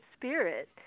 spirit